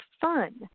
fun